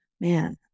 man